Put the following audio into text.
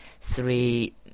three